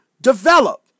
develop